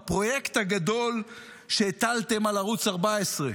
הפרויקט הגדול שהטלתם על ערוץ 14,